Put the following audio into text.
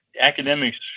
academics